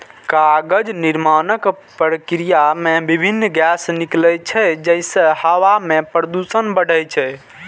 कागज निर्माणक प्रक्रिया मे विभिन्न गैस निकलै छै, जइसे हवा मे प्रदूषण बढ़ै छै